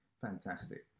Fantastic